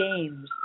games